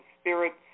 spirits